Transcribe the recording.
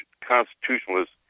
constitutionalist